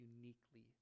uniquely